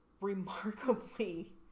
remarkably